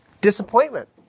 disappointment